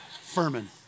Furman